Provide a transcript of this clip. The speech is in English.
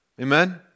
Amen